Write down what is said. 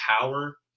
power